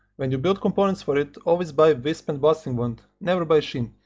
when you build components for it, always buy wisp and blasting wand, never buy sheen,